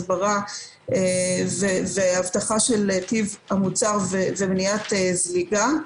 הסברה והבטחה של טיב המוצר ומניעת זליגה,